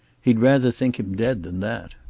he'd rather think him dead than that.